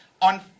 on